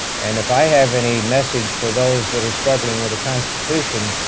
and if i have any message for those that are struggling with the constitution,